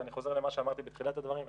ואני חוזר למה שאמרתי בתחילת הדברים,